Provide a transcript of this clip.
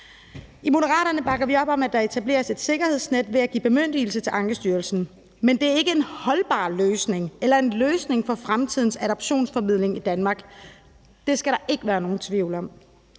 I Moderaterne bakker vi op om, at der etableres et sikkerhedsnet ved at give bemyndigelse til Ankestyrelsen, men det er ikke en holdbar løsning eller en løsning for fremtidens adoptionsformidling i Danmark. Det skal der ikke være nogen tvivl om!